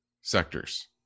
sectors